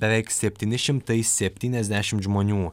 beveik septyni šimtai septyniasdešimt žmonių